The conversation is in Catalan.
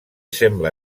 sembla